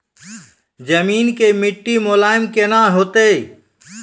जमीन के मिट्टी मुलायम केना होतै?